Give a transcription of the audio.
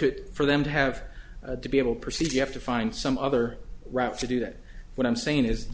it for them to have to be able to proceed you have to find some other route to do that what i'm saying is